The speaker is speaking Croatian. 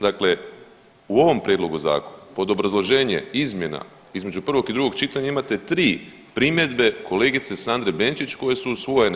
Dakle, u ovom prijedlogu zakona pod obrazloženje izmjena između prvog i drugog čitanja imate tri primjedbe kolegice Sandre Benčić koje su usvojene.